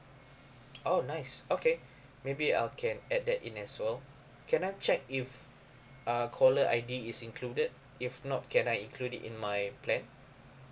oh nice okay maybe I can add that in as well can I check if uh caller I_D is included if not can I include it in my plan